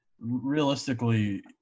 realistically